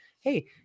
hey